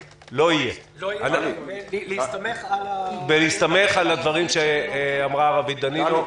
בהסתמך על הדברים שאמרה רווית דנינו.